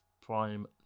prime